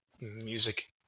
Music